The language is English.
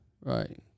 right